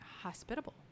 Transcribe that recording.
hospitable